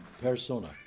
Persona